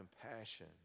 compassion